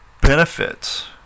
benefits